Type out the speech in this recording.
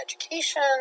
education